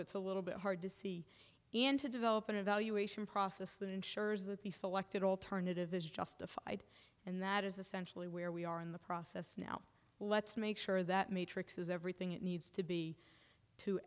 it's a little bit hard to see and to develop an evaluation process that ensures that the selected alternative is justified and that is essentially where we are in the process now let's make sure that matrix is everything it needs to be to